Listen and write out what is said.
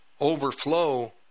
overflow